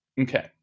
Okay